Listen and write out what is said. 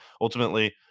Ultimately